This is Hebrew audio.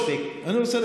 אני רוצה,